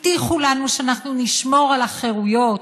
הבטיחו לנו שאנחנו נשמור על החירויות,